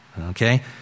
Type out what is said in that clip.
okay